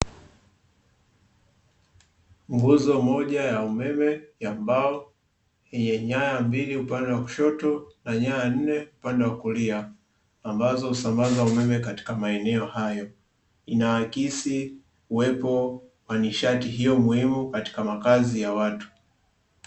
Nguzo moja ya umeme ya mbao, yenye nyaya mbili upande wa kushoto na nyaa nne upande wa kulia, ambazo husambaza umeme katika maeneo hayo; inaakisi uwepo wa nishati hiyo muhimu katika makazi ya watu.